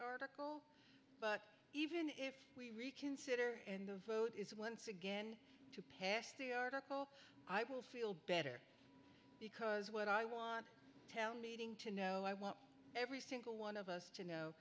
article but even if we reconsider and the vote is once again to pass the article i will feel better because what i want tell meeting to know i want every single one of us to know